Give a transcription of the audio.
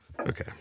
Okay